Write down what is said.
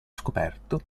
scoperto